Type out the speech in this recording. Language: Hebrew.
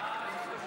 נתקבלה.